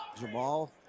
Jamal